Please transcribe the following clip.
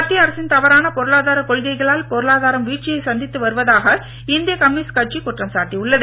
மத்திய தவறான பொருளாதார கொள்கைகளால் பொருளாதாரம் வீழ்ச்சியை சந்தித்து வருவதாக இந்திய கம்யூனிஸ்டு கட்சி குற்றம் சாட்டியுள்ளது